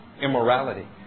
immorality